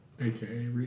AKA